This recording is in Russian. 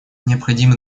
необходимо